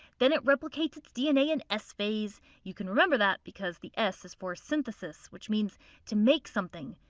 then it replicates its dna in s phase you can remember that because the s is for synthesis which means to make something,